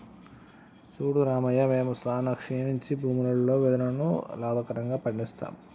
సూడు రామయ్య మేము సానా క్షీణించి భూములలో వెదురును లాభకరంగా పండిస్తాము